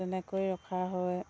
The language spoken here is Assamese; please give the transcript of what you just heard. তেনেকৈ ৰখা হয়